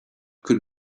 could